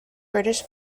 british